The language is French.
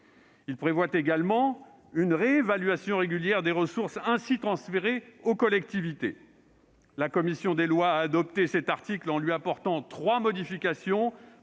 Il prévoit également une réévaluation régulière des ressources ainsi transférées aux collectivités. La commission des lois a adopté cet article en lui apportant trois modifications.